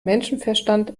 menschenverstand